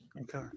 Okay